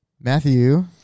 Matthew